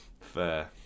Fair